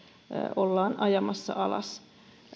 ollaan ajamassa alas